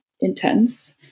intense